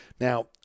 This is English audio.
Now